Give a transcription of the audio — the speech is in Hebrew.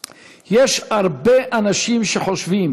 היושב-ראש,